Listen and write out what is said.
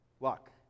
luck